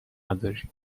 نداریم